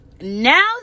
now